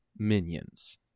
minions